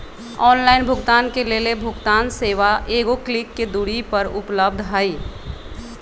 online भुगतान के लेल भुगतान सेवा एगो क्लिक के दूरी पर उपलब्ध हइ